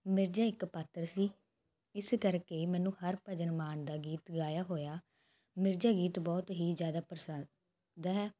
ਮਿਰਜਾ ਇੱਕ ਪਾਤਰ ਸੀ ਇਸੇ ਕਰਕੇ ਮੈਨੂੰ ਹਰਭਜਨ ਮਾਨ ਦਾ ਗੀਤ ਗਾਇਆ ਹੋਇਆ ਮਿਰਜਾ ਗੀਤ ਬਹੁਤ ਹੀ ਜਿਆਦਾ ਪਰੇਸੰਦ ਹੈ